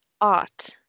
art